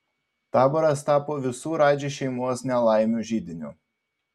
taboras tapo visų radži šeimos nelaimių židiniu